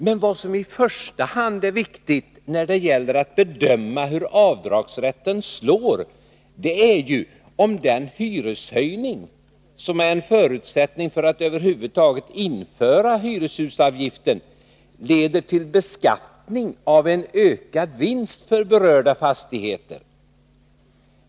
Men vad som i första hand är viktigt när det gäller att bedöma hur avdragsrätten slår är ju, om den hyreshöjning som är en förutsättning för att man över huvud taget skall kunna införa hyreshusavgiften leder till beskattning av en ökad vinst för berörda fastigheter.